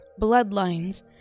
bloodlines